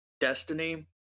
Destiny